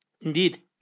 Indeed